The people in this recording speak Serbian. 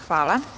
Hvala.